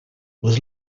was